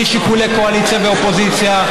בלי שיקולי קואליציה ואופוזיציה,